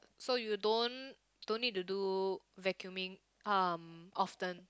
so you don't don't need to do vacuuming um often